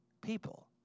people